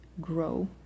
grow